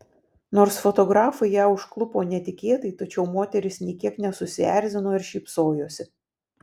nors fotografai ją užklupo netikėtai tačiau moteris nė kiek nesusierzino ir šypsojosi